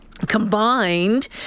Combined